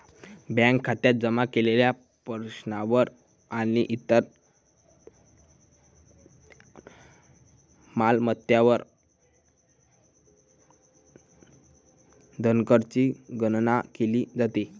bank खात्यात जमा केलेल्या पैशावर आणि इतर मालमत्तांवर धनकरची गणना केली जाते